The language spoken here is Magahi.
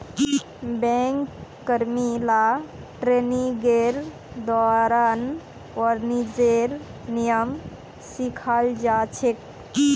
बैंक कर्मि ला ट्रेनिंगेर दौरान वाणिज्येर नियम सिखाल जा छेक